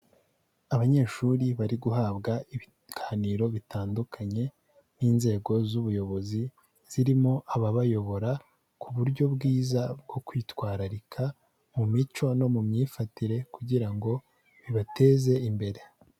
Abanyeshuri bari guhabwa ibiganiro bitandukanye n'inzego z'ubuyobozi, zirimo ababayobora ku buryo bwiza bwo kwitwararika mu mico no mu myifatire kugira ngo bibateze imbere.